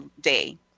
day